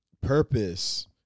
purpose